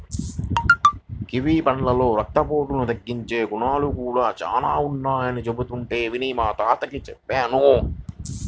kiwi పళ్ళలో రక్తపోటును తగ్గించే గుణాలు కూడా చానా ఉన్నయ్యని చెబుతుంటే విని మా తాతకి చెప్పాను